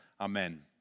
Amen